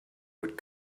would